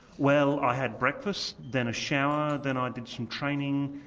well i had breakfast, then a shower, then i did some training.